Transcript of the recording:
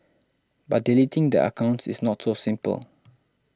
but deleting their accounts is not so simple